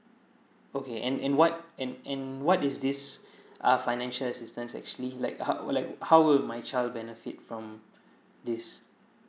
okay and and what and and what is this uh financial assistance actually like how wi~ like how will my child benefit from this